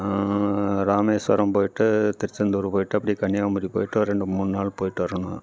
ராமேஸ்வரம் போயிவிட்டு திருச்செந்தூர் போயிவிட்டு அப்படியே கன்னியாகுமரி போயிவிட்டு ஒரு ரெண்டு மூண் நாள் போயிவிட்டு வரணும்